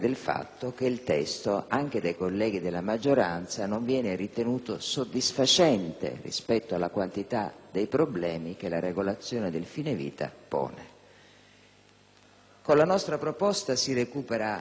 dei problemi che la regolazione del fine vita solleva. Con la nostra proposta si recupera molto tempo rispetto a quei 180 giorni, con in più la possibilità di